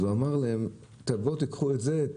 אז הוא אמר להם: קחו את זה,